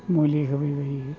मुलि होबायबायो